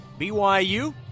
BYU